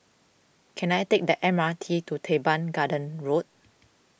can I take the M R T to Teban Gardens Road